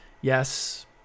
yes